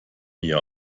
mir